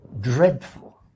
dreadful